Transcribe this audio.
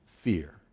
fear